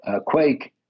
quake